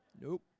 Nope